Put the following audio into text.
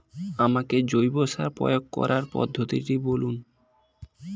আমাকে জৈব সার প্রয়োগ করার পদ্ধতিটি বলুন?